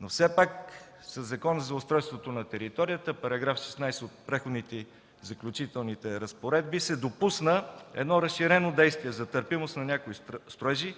Но все пак със Закона за устройство на територията, § 16 от Преходните и заключителни разпоредби се допусна едно разширено действие за търпимост на някои строежи,